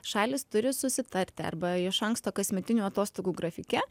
šalys turi susitarti arba iš anksto kasmetinių atostogų grafike